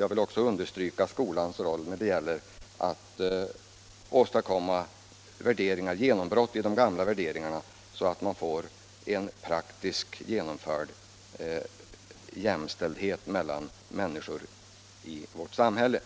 Jag vill också understryka skolans roll när det gäller att åstadkomma genombrott i de här gamla värderingarna, så att man får en praktiskt genomförd jämställdhet mellan människor i vårt samhälle.